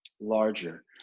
larger